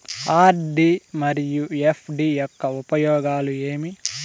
RD మరియు FD యొక్క ఉపయోగాలు ఏమి?